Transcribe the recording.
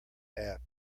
app